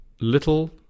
little